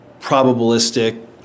probabilistic